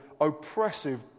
oppressive